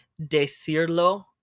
decirlo